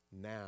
now